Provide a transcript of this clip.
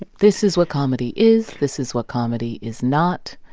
ah this is what comedy is. this is what comedy is not.